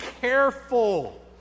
careful